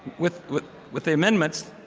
with with the amendments.